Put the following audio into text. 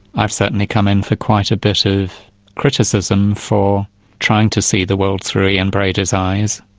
i've certainly come in for quite a bit of criticism for trying to see the world through ian brady's eyes.